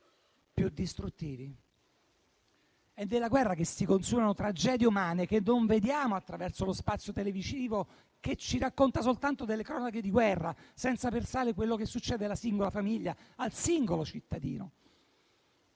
più distruttivi. È nella guerra che si consumano tragedie umane che non vediamo attraverso lo spazio televisivo che ci racconta soltanto delle cronache di guerra, senza pensare a quello che succede alla singola famiglia, al singolo cittadino.